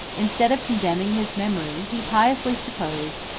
instead of condemning his memory, he piously supposed,